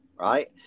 Right